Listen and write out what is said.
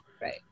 Right